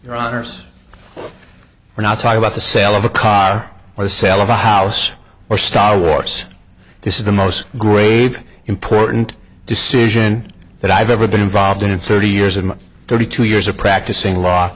your honour's we're not talking about the sale of a car or the sale of a house or star wars this is the most grave important decision that i've ever been involved in and thirty years of my thirty two years of practicing law